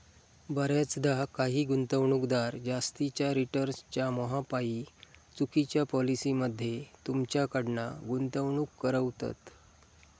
बऱ्याचदा काही गुंतवणूकदार जास्तीच्या रिटर्न्सच्या मोहापायी चुकिच्या पॉलिसी मध्ये तुमच्याकडना गुंतवणूक करवतत